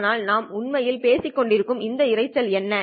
ஆனால் நாம் உண்மையில் பேசிக்கொண்டிருக்கும் இந்த இரைச்சல் என்ன